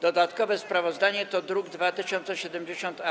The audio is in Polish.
Dodatkowe sprawozdanie to druk nr 2070-A.